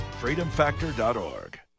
Freedomfactor.org